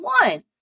one